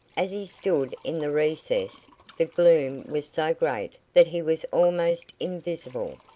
as he stood in the recess the gloom was so great that he was almost invisible,